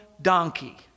donkey